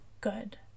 good